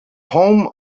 home